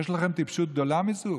יש לכם טיפשות גדולה מזו?